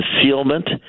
concealment